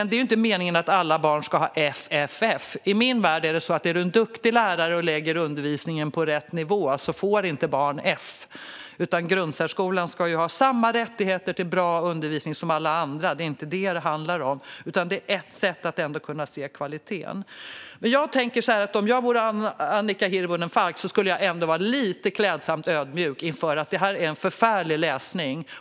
Det är inte meningen att alla barn bara ska ha F. I min värld får inte barn F om läraren är duktig och lägger undervisningen på rätt nivå. Elever i grundsärskolan ska ha samma rättigheter till bra undervisning som alla andra; det är inte detta det handlar om. Betyg är ett sätt att ändå kunna se kvaliteten. Om jag vore Annika Hirvonen Falk skulle jag vara lite klädsamt ödmjuk inför att detta är en förfärlig läsning.